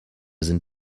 sind